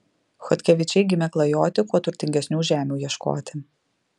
chodkevičiai gimę klajoti kuo turtingesnių žemių ieškoti